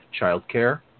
childcare